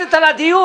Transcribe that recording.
משתלטת על הדיון.